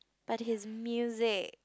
but his music